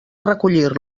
recollir